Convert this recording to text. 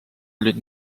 olid